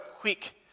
quick